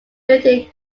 within